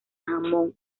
jamón